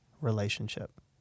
relationship